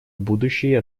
будущей